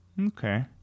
Okay